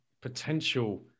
potential